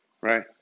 right